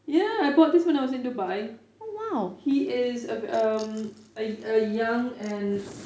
ya I bought this when I was in dubai he is a ve~ um a a young and